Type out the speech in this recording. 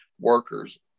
workers